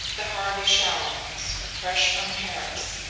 the harvey shallums, fresh from paris,